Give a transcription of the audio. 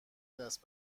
دست